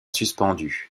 suspendues